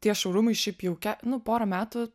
tie šaurumai šiaip jau kia nu jau pora metų